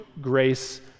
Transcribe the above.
grace